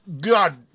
God